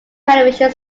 television